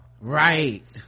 right